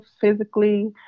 physically